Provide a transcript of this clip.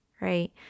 right